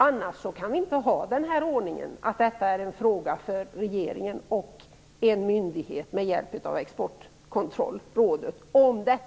Om inte detta kan diskuteras kan vi inte ha ordningen att detta skall vara en fråga för regeringen och en myndighet med hjälp av Exportkontrollrådet.